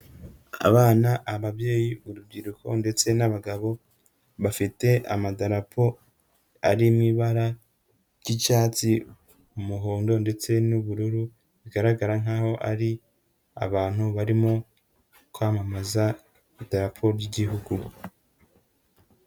Abana, ababyeyi, urubyiruko ndetse n'abagabo bafite amadarapo arimo ibara ry'icyatsi, umuhondo ndetse n'ubururu, bigaragara nkaho ari abantu barimo kwamamaza idarapo ry'igihugu.